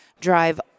drive